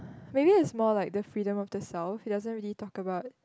maybe it's more like the freedom of the self he doesn't really talk about